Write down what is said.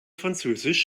französisch